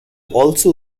also